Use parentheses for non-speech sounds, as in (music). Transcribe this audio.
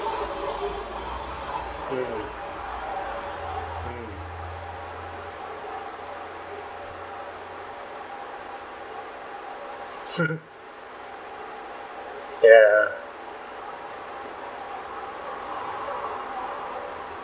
mm mm (laughs) ya